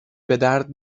بدرد